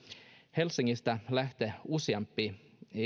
helsingistä lähtee useampia